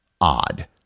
odd